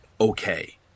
okay